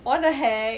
what the heck